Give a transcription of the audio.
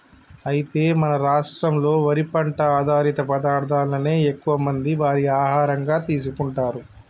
అయితే మన రాష్ట్రంలో వరి పంట ఆధారిత పదార్థాలనే ఎక్కువ మంది వారి ఆహారంగా తీసుకుంటారు